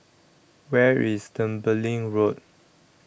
Where IS Tembeling Road